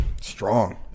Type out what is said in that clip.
strong